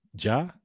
Ja